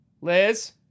Liz